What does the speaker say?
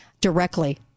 directly